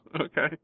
okay